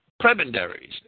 prebendaries